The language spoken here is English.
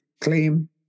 claim